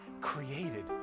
created